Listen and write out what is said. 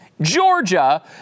Georgia